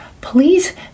please